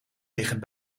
liggen